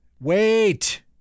Wait